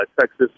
Texas